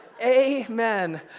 amen